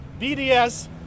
BDS